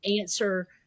answer